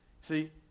See